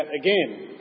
again